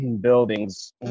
buildings